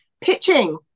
Pitching